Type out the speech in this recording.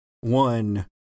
one